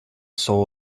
soul